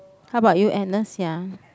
how about you Agnes ya